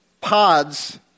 pods